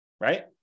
Right